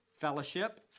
Fellowship